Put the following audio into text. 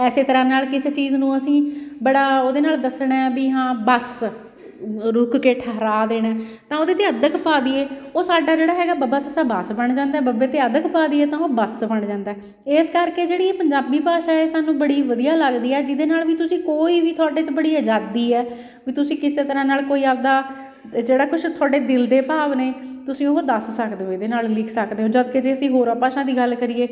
ਇਸੇ ਤਰ੍ਹਾਂ ਨਾਲ ਕਿਸੇ ਚੀਜ਼ ਨੂੰ ਅਸੀਂ ਬੜਾ ਉਹਦੇ ਨਾਲ ਦੱਸਣਾ ਹੈ ਵੀ ਹਾਂ ਬੱਸ ਰੁਕ ਕੇ ਠਹਿਰਾਅ ਦੇਣਾ ਤਾਂ ਉਹਦੇ 'ਤੇ ਅੱਧਕ ਪਾ ਦੇਈਏ ਉਹ ਸਾਡਾ ਜਿਹੜਾ ਹੈਗਾ ਬੱਬਾ ਸੱਸਾ ਬਸ ਬਣ ਜਾਂਦਾ ਬੱਬੇ ਤੇ ਅੱਧਕ ਪਾ ਦੇਈਏ ਤਾ ਉਹ ਬੱਸ ਬਣ ਜਾਂਦਾ ਇਸ ਕਰਕੇ ਜਿਹੜੀ ਇਹ ਪੰਜਾਬੀ ਭਾਸ਼ਾ ਇਹ ਸਾਨੂੰ ਬੜੀ ਵਧੀਆ ਲੱਗਦੀ ਹੈ ਜਿਹਦੇ ਨਾਲ ਵੀ ਤੁਸੀਂ ਕੋਈ ਵੀ ਤੁਹਾਡੇ 'ਚ ਬੜੀ ਅਜ਼ਾਦੀ ਹੈ ਵੀ ਤੁਸੀਂ ਕਿਸੇ ਤਰ੍ਹਾਂ ਨਾਲ ਕੋਈ ਆਪਣਾ ਜਿਹੜਾ ਕੁਛ ਤੁਹਾਡੇ ਦਿਲ ਦੇ ਭਾਵ ਨੇ ਤੁਸੀਂ ਉਹ ਦੱਸ ਸਕਦੇ ਹੋ ਇਹਦੇ ਨਾਲ ਲਿਖ ਸਕਦੇ ਹੋ ਜਦੋਂ ਕਿ ਜੇ ਅਸੀਂ ਹੋਰਾਂ ਭਾਸ਼ਾ ਦੀ ਗੱਲ ਕਰੀਏ